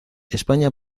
españa